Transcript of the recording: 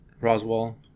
Roswell